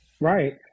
Right